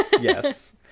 Yes